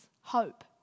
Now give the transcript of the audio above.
hope